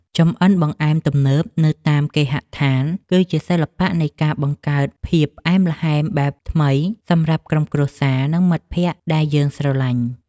ចម្អិនបង្អែមទំនើបនៅតាមគេហដ្ឋាន គឺជាសិល្បៈនៃការបង្កើតភាពផ្អែមល្ហែមបែបថ្មីសម្រាប់ក្រុមគ្រួសារ និងមិត្តភក្តិដែលយើងស្រឡាញ់។